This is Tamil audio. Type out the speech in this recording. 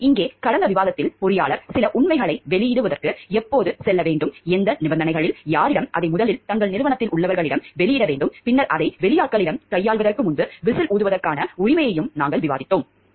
இங்கே கடந்த விவாதத்தில் பொறியாளர் சில உண்மைகளை வெளியிடுவதற்கு எப்போது செல்ல வேண்டும் எந்த நிபந்தனைகளில் யாரிடம் அதை முதலில் தங்கள் நிறுவனத்தில் உள்ளவர்களிடம் வெளியிட வேண்டும் பின்னர் அதை வெளியாட்களிடம் கையாள்வதற்கு முன்பு விசில் ஊதுவதற்கான உரிமையையும் நாங்கள் விவாதித்தோம்